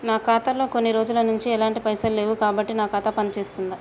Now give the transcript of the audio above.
నా ఖాతా లో కొన్ని రోజుల నుంచి ఎలాంటి పైసలు లేవు కాబట్టి నా ఖాతా పని చేస్తుందా?